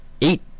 eight